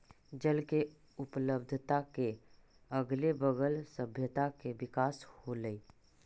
जल के उपलब्धता के अगले बगल सभ्यता के विकास होलइ